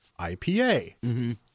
IPA